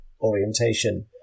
orientation